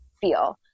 feel